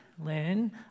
Lynn